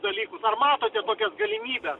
dalykus ar matote tokias galimybes